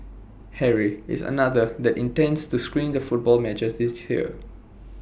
Harry is another that intends to screen the football matches this year